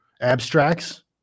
abstracts